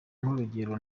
nk’urugero